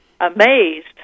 amazed